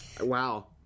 wow